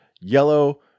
yellow